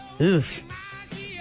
Oof